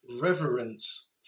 reverence –